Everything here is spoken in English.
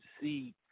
see